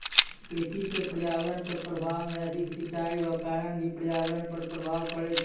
कृषि से पर्यावरण पर प्रभाव मे अधिक सिचाई रो कारण भी पर्यावरण पर प्रभाव पड़ै छै